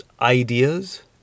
ideas